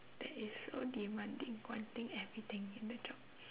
that is so demanding wanting everything in the job